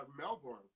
Melbourne